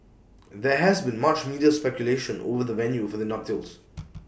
there has been much media speculation over the venue for the nuptials